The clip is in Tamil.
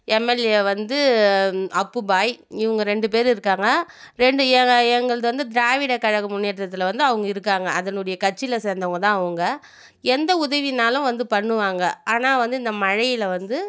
எம்எல்ஏ வந்து அப்பு பாய் இவுங்க ரெண்டு பேரும் இருக்காங்க ரெண்டு எ எங்களுக்கு வந்து திராவிட கழக முன்னேற்றத்தில் வந்து அவங்க இருக்காங்க அதனுடைய கட்சியில் சேர்ந்தவங்க தான் அவங்க எந்த உதவியினாலும் வந்து பண்ணுவாங்க ஆனால் வந்து இந்த மழையில் வந்து